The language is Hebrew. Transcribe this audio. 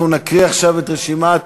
אנחנו נקריא עכשיו את רשימת